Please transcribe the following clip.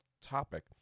topic